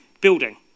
building